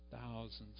thousands